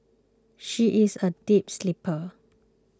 she is a deep sleeper